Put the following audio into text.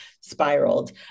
spiraled